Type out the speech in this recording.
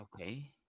Okay